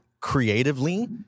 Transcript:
creatively